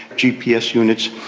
gps units,